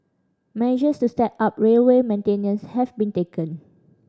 measures to step up railway maintenance have been taken